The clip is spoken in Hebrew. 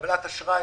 לקבלת אשראי